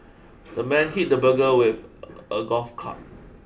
the man hit the burglar with a golf club